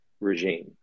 regime